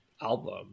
album